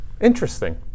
Interesting